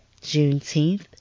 Juneteenth